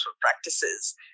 practices